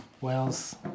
Wales